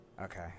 Okay